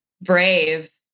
brave